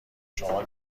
شما